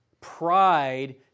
Pride